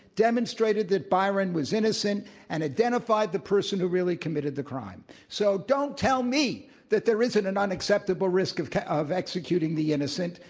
demonstrated that byron was innocent and identified the person who really committed the crime. so, don't tell me that there isn't an unacceptable risk of kind of executing the innocent.